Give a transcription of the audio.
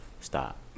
stop